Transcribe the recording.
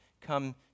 come